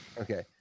Okay